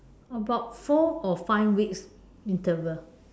about four or five weeks interval